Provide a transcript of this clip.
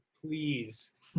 please